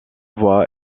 voix